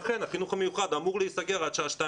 לכן החינוך המיוחד אמור להיסגר עד שעה